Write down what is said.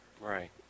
Right